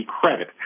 credit